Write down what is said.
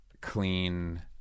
clean